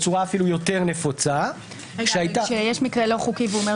בצורה יותר נפוצה -- כשיש מקרה לא חוקי והוא אומר